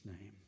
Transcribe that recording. name